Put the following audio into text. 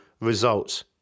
results